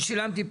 אני שילמתי,